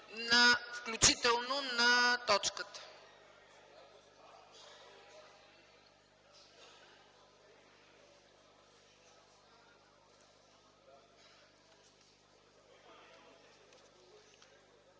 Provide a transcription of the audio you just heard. включително на точката.